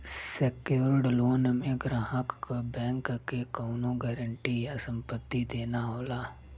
secured loan में ग्राहक क बैंक के कउनो गारंटी या संपत्ति देना होला